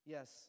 Yes